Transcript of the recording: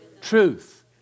truth